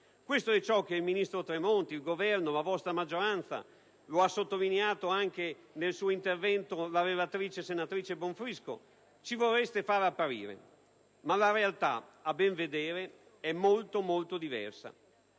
Questo è ciò che il ministro Tremonti, il Governo e la vostra maggioranza - lo ha sottolineato anche nel suo intervento la relatrice, senatrice Bonfrisco - ci vorrebbero far apparire. Ma la realtà, a ben vedere, è molto, molto diversa.